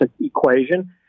equation